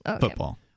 Football